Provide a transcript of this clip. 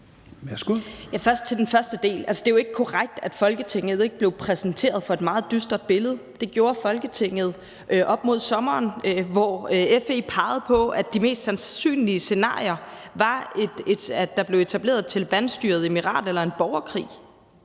Først til den første del: Det er jo ikke korrekt, at Folketinget ikke blev præsenteret for et meget dystert billede. Det gjorde Folketinget op mod sommeren, hvor FE pegede på, at de mest sandsynlige scenarier var, at der blev etableret et talebanstyret emirat eller en borgerkrig.